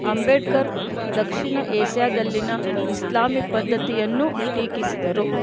ಅಂಬೇಡ್ಕರ್ ದಕ್ಷಿಣ ಏಷ್ಯದಲ್ಲಿಯ ಇಸ್ಲಾಮಿ ಪದ್ಧತಿಯನ್ನು ಟೀಕಿಸಿದರು